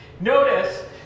Notice